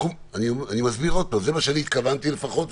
אני מסביר עוד פעם: זה מה שאני התכוונתי לפחות,